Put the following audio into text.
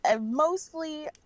Mostly